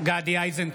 גדי איזנקוט,